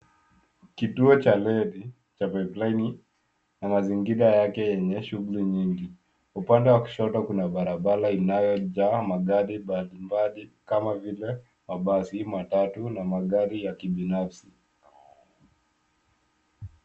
Kituo cha reli cha Pipeline na mazingira yake yenye shughuli nyingi. Upande wa kushoto kuna barabara inayojaa magari mbali mbali kama vile: mabasi, matatu na magari ya kibinafsi.